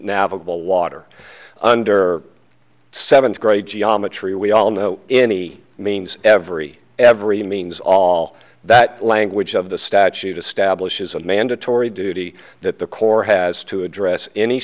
navigable water under seventh grade geometry we all know any means every every means all that language of the statute establishes a mandatory duty that the corps has to address any